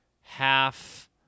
half